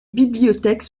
bibliothèques